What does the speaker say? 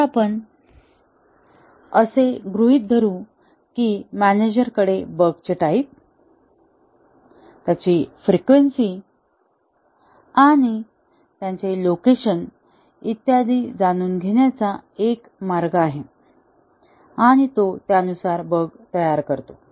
आता आपण असे गृहीत धरू की मॅनेजरकडे बगचे टाईप त्यांची फ्रिक्वेन्सी आणि त्यांचे लोकेशन इत्यादी जाणून घेण्याचा एक मार्ग आहे आणि तो त्यानुसार बग तयार करतो